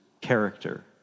character